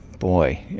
boy,